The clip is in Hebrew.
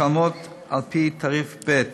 משלמות על פי תעריף ב',